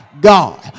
God